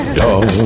dog